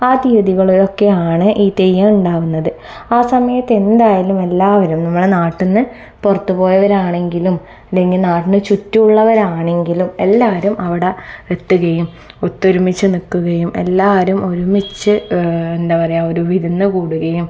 ആ തീയതികളിലൊക്കെയാണ് ഈ തെയ്യം ഉണ്ടാകുന്നത് ആ സമയത്ത് എന്തായാലും എല്ലാവരും നമ്മുടെ നാട്ടിൽ നിന്ന് പുറത്തു പോയവർ ആണെങ്കിലും അല്ലെങ്കിൽ നാട്ടിന് ചുറ്റും ഉള്ളവരാണെങ്കിലും എല്ലാവരും അവിടെ എത്തുകയും ഒത്തൊരുമിച്ച് നിൽക്കുകയും എല്ലാവരും ഒരുമിച്ച് എന്താ പറയുക ഒരു വിരുന്നു കൂടുകയും